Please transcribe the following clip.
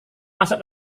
masuk